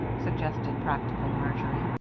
suggested practical marjory